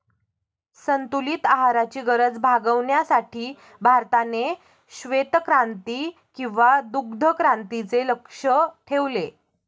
संतुलित आहाराची गरज भागविण्यासाठी भारताने श्वेतक्रांती किंवा दुग्धक्रांतीचे लक्ष्य ठेवले